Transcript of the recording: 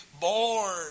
born